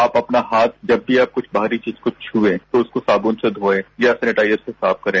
आप अपना हाथ जब भी आप कुछ बाहरी चीज को छूएँ तो उसको साबून से धोए या सैनिटाइजर से साफ करें